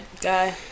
guy